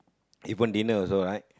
even dinner also right